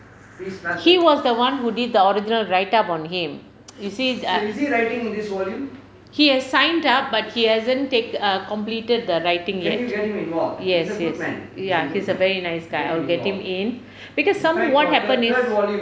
he was the [one] who did the original write up on him you see err he has signed up but he hasn't take err completed the writing yet yes yes ya he's a very nice guy I'll get him in because some what happened is